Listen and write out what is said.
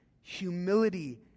humility